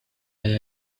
like